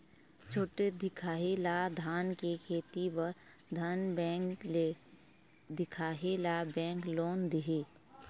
छोटे दिखाही ला धान के खेती बर धन बैंक ले दिखाही ला बैंक लोन दिही?